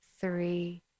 three